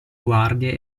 guardie